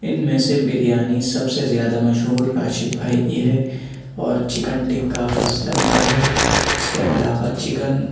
اِن میں سے بریانی سب سے زیادہ مشہور راشد بھائی کی ہے اور چکن ٹکّا اسلم کا ہے اِس کے علاوہ چکن